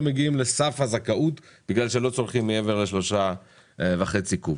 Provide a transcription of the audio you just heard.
מגיעים לסף הזכאות בגלל שהם לא צורכים מעבר ל-3.5 קוב.